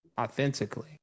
authentically